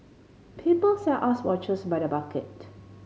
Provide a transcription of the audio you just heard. people sell us watches by the bucket